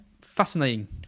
fascinating